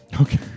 Okay